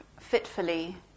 fitfully